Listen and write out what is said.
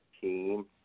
team